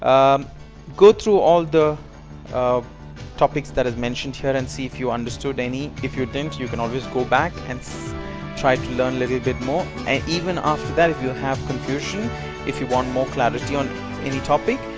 um go through all the um topics that is mentioned here and see if you understood. if you din't you can always go back and try to learn little bit more. and even after that if you have conclusion if you want more clarity on any topic.